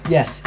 Yes